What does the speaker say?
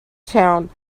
town